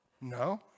No